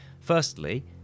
Firstly